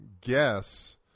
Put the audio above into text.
guess